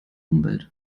umwelt